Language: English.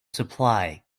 supply